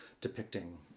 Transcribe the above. depicting